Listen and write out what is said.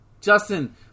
Justin